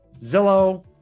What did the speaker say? Zillow